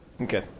Okay